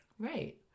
Right